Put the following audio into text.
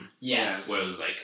Yes